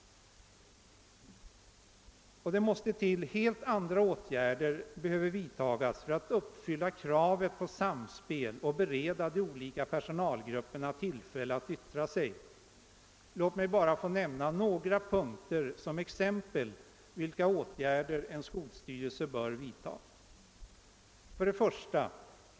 Helt andra åtgärder behöver också vidtas för att uppfylla kravet på samspel och för att bereda de olika personalgrupperna tillfälle att yttra sig. Låt mig få nämna några exempel på de åtgärder en skolstyrelse bör vidta: 1.